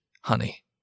Honey